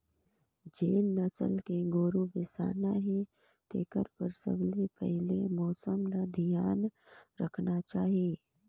जेन नसल के गोरु बेसाना हे तेखर बर सबले पहिले मउसम ल धियान रखना चाही